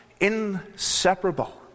Inseparable